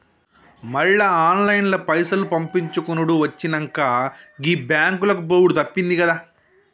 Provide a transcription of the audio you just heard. మళ్ల ఆన్లైన్ల పైసలు పంపిచ్చుకునుడు వచ్చినంక, గీ బాంకులకు పోవుడు తప్పిందిగదా